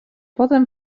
potem